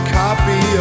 copy